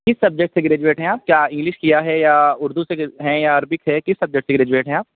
کس سبجیکٹ سے گریجویٹ ہیں آپ کیا انگلش کیا ہے یا اُردو سے ہیں یا عربی سے ہے کس سبجیکٹ سے گریجویٹ ہیں آپ